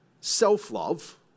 self-love